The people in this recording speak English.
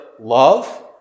love